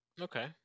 Okay